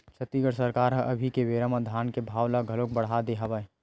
छत्तीसगढ़ सरकार ह अभी के बेरा म धान के भाव ल घलोक बड़हा दे हवय